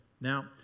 now